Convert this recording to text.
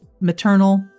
maternal